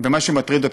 ומה שמטריד אותך,